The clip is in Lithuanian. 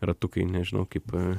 ratukai nežinau kaip